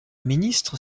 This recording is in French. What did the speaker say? ministre